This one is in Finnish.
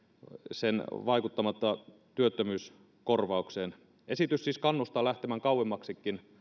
sen vaikuttamatta työttömyyskorvaukseen esitys siis kannustaa lähtemään kauemmaksikin